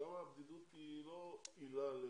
שם הבדידות היא לא עילה ל